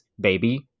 baby